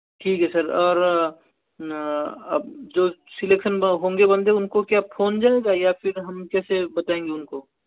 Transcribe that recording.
ठीक है सर और अब जो सिलेक्शन होंगे बंदे उनको क्या फोन जाएगा या फिर हम कैसे बताएंगे उनको